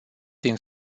din